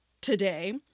today